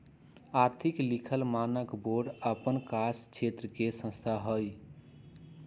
आर्थिक लिखल मानक बोर्ड अप्पन कास क्षेत्र के संस्था हइ